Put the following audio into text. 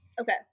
Okay